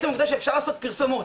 אני לא מכיר פרסומות.